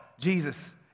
Jesus